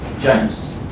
James